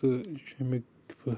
تہٕ یہِ چھُ امیُک فٲہ